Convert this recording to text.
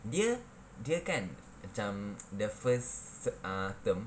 dia dia kan macam the first ah term